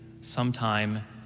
sometime